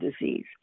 disease